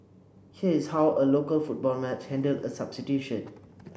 here is how a local football match handled a substitution